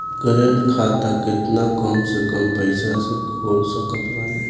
Current खाता केतना कम से कम पईसा से खोल सकत बानी?